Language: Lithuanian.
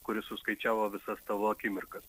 kuris suskaičiavo visas tavo akimirkas